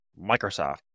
Microsoft